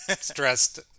stressed